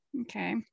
Okay